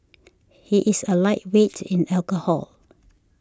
he is a lightweight in alcohol